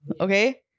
Okay